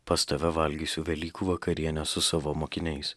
pas tave valgysiu velykų vakarienę su savo mokiniais